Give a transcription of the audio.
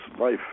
life